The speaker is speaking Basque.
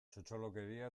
txotxolokeria